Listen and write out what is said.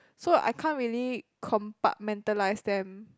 so I can't really compartmentalize them